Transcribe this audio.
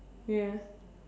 ya